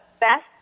best